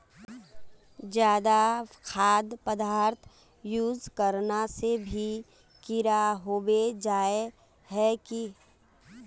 ज्यादा खाद पदार्थ यूज करना से भी कीड़ा होबे जाए है की?